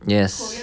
yes